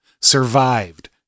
survived